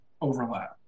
overlap